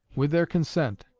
with their consent,